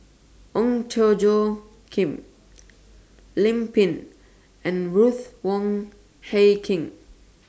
Ong Tjoe Kim Lim Pin and Ruth Wong Hie King